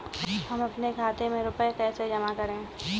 हम अपने खाते में रुपए जमा कैसे करें?